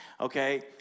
okay